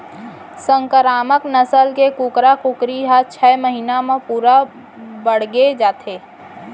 संकरामक नसल के कुकरा कुकरी ह छय महिना म पूरा बाड़गे जाथे